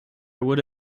would